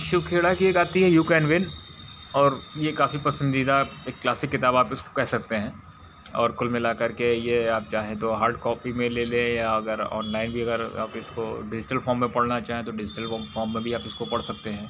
शिव खेड़ा की एक आती है यू कैन विन और यह काफ़ी पसंदीदा एक क्लासिक किताब आप उसको कह सकते हैं और कुल मिला कर के यह आप चाहें तो हार्डकॉपी में ले लें या अगर ऑनलाइन भी अगर आप इसको को डिज़िटल फॉर्म में पढ़ना चाहें तो डिज़िटल फॉर्म में भी आप इसको पढ़ सकते हैं